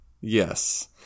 yes